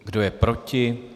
Kdo je proti?